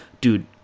dude